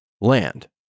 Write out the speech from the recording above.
Land